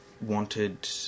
wanted